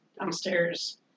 downstairs